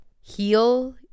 heal